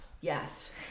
yes